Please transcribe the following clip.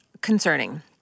concerning